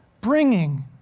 bringing